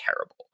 terrible